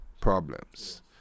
problems